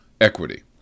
equity